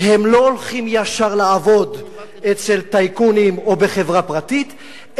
הם לא הולכים ישר לעבוד אצל טייקונים או בחברה פרטית,